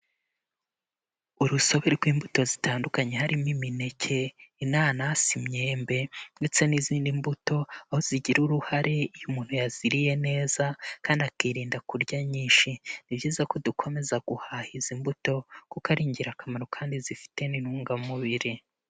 Urusobe rw'imbuto zitandukanye harimo imineke, inanasi, imyembe, ndetse n'izindi mbuto, aho zigira uruhare iyo umuntu yaziriye neza kandi akirinda kurya nyinshi, ni byiza ko dukomeza guhahaza izi mbuto kuko ari ingirakamaro, kandi zifite n'intungamubiri.